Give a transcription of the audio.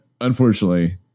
Unfortunately